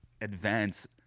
advance